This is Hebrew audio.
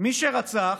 מי שרצח,